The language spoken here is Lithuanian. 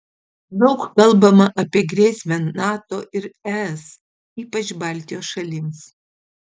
daug kalbama apie grėsmę nato ir es ypač baltijos šalims